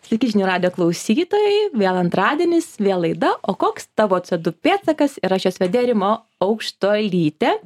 sveiki žinių radijo klausytojai vėl antradienis vėl laida o koks tavo co du pėdsakas ir aš jos vedėja rima aukštuolytė